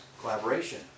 Collaboration